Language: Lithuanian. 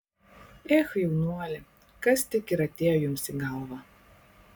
ech jaunuoli kas tik ir atėjo jums į galvą